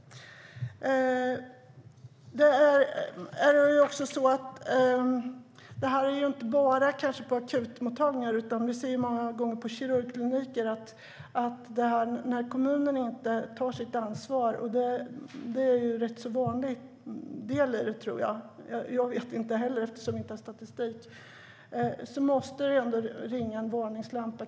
Detta gäller kanske inte bara akutmottagningar. Vi ser många gånger på kirurgkliniker att kommuner inte tar sitt ansvar. Det är rätt så vanligt, fast jag vet inte heller, eftersom vi inte har statistik. Då måste det ringa en varningsklocka.